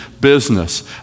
business